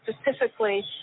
Specifically